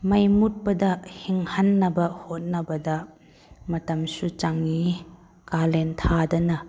ꯃꯩ ꯃꯨꯠꯄꯗ ꯍꯤꯡꯍꯟꯅꯕ ꯍꯣꯠꯅꯕꯗ ꯃꯇꯝꯁꯨ ꯆꯪꯉꯤ ꯀꯥꯂꯦꯟ ꯊꯥꯗꯅ